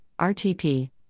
RTP